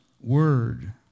Word